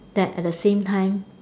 that at the same time